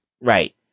right